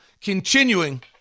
continuing